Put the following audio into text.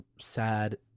sad